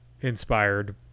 inspired